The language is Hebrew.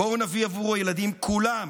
בואו נביא עבור הילדים כולם,